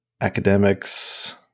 Academics